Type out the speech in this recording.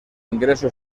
ingreso